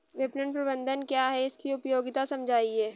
विपणन प्रबंधन क्या है इसकी उपयोगिता समझाइए?